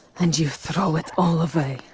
and you throw it all away,